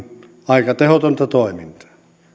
aika tehotonta toimintaa